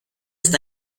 ist